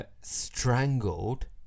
strangled